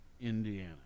Indiana